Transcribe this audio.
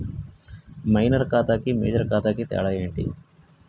Minor ఖాతా కి major ఖాతా కి తేడా ఏంటి?